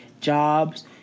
jobs